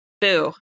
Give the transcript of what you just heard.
boo